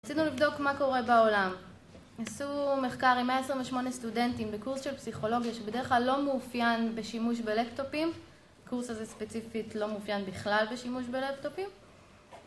רצינו לבדוק מה קורה בעולם. עשו מחקר עם 118 סטודנטים בקורס של פסיכולוגיה שבדרך כלל לא מאופיין בשימוש בלפטופים. הקורס הזה ספציפית לא מאופיין בכלל בשימוש בלפטופים.